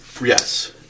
yes